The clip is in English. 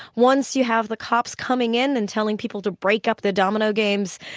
once you have the cops coming in and telling people to break up the domino games,